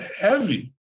heavy